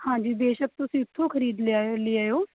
ਹਾਂਜੀ ਬੇਸ਼ੱਕ ਤੁਸੀਂ ਉਥੋਂ ਖ਼ਰੀਦ ਲਿਆਇਓ ਲਿਆਇਓ